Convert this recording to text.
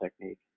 technique